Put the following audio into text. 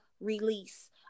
release